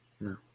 No